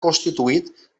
constituït